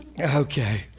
Okay